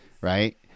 right